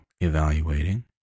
evaluating